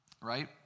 right